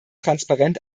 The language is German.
transparent